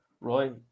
Roy